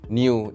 new